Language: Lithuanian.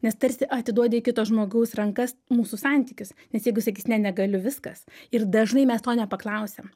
nes tarsi atiduoti į kito žmogaus rankas mūsų santykius nes jeigu sakys ne negaliu viskas ir dažnai mes to nepaklausiam